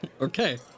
Okay